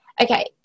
okay